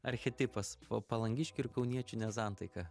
archetipas pa palangiškių ir kauniečių nesantaika